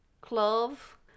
clove